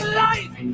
life